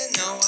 no